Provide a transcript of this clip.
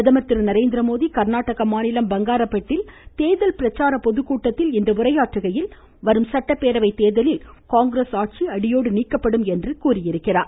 பிரதமர் திரு நரேந்திரமோடி கர்நாடகா மாநிலம் பங்காரபெட்டில் தேர்தல் பிரச்சார பொதுக்கூட்டத்தில் இன்று உரையாற்றுகையில் வரும் சட்டப்பேரவை தேர்தலில் காங்கிரஸ் ஆட்சி அடியோடு நீக்கப்படும் என்று கூறினார்